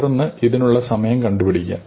തുടർന്ന് ഇതിനുള്ള സമയം കണ്ടുപിടിക്കുക